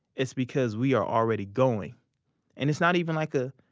it's because we are already going and it's not even like a,